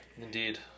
Indeed